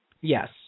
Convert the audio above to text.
Yes